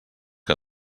que